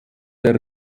der